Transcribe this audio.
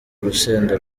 urusenda